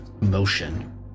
motion